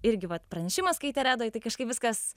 irgi vat pranešimą skaitė redoj tai kažkaip viskas